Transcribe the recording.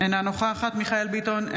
אינה נוכחת מיכאל מרדכי ביטון,